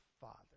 father